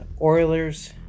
Oilers